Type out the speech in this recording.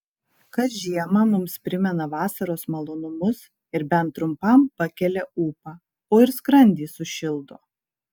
kas žiemą mums primena vasaros malonumus ir bent trumpam pakelią ūpą o ir skrandį sušildo